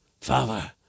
Father